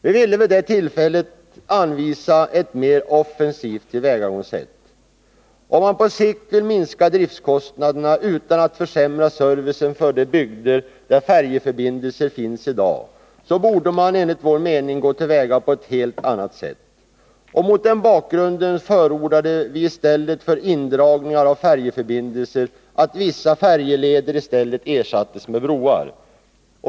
Vi ville vid detta tillfälle anvisa ett mer offensivt tillvägagångssätt. Om man på sikt vill minska driftkostnaderna utan att försämra servicen för de bygder där färjeförbindelser finns i dag, borde man enligt vår mening gå till väga på ett helt annat sätt. Mot den bakgrunden förordade vi i stället för indragningar av färjeförbindelser att vissa färjeleder ersattes med broar.